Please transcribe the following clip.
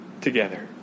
together